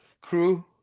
crew